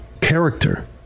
character